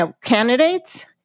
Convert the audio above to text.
candidates